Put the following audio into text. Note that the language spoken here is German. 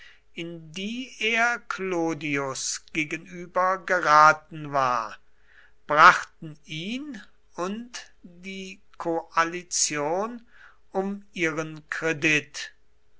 in die er clodius gegenüber geraten war brachten ihn und die koalition um ihren kredit